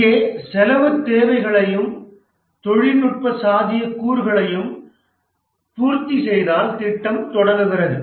இங்கே செலவுத் தேவைகளையும் தொழில்நுட்ப சாத்தியக்கூறுகளையும் பூர்த்திசெய்தால் திட்டம் தொடங்குகிறது